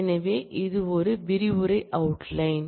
எனவே இது ஒரு விரிவுரை அவுட்லைன்